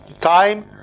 Time